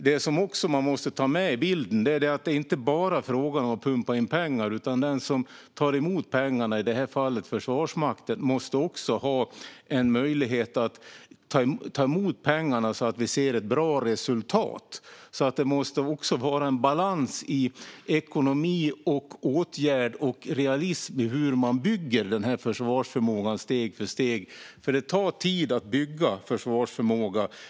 Det som man också måste ta med i bilden är att det inte bara är fråga om att pumpa in pengar. Den som tar emot pengarna, i detta fall Försvarsmakten, måste också ha en möjlighet att ta emot pengarna så att vi ser ett bra resultat. Det måste alltså vara en balans när det gäller ekonomi, åtgärd och realism i fråga om hur man bygger försvarsförmågan steg för steg. Det tar nämligen tid att bygga försvarsförmåga.